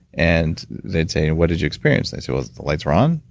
and they'd say, and what did you experience? they'd say, well, the lights were on,